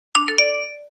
při